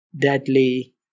deadly